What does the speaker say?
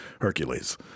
Hercules